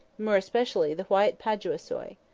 more especially the white paduasoy.